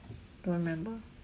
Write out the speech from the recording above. don't remember